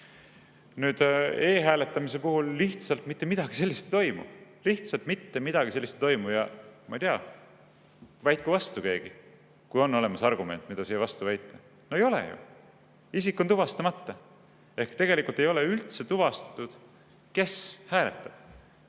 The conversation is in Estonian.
Nüüd, e‑hääletamise puhul mitte midagi sellist ei toimu. Lihtsalt mitte mingit sellist kontrolli ei toimu. Ma ei tea, väitku vastu keegi, kui on olemas argument, mida siia vastu väita. No ei ole ju! Isik on tuvastamata. Ehk tegelikult ei ole üldse tuvastatud, kes hääletab.